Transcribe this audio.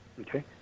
okay